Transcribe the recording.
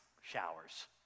showers